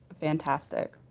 fantastic